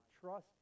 trust